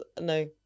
no